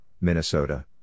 Minnesota